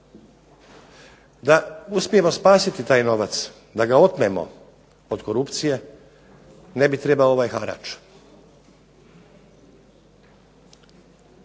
Da uspijemo spasiti taj novac, da ga otmemo od korupcije ne bi trebao ovaj harač.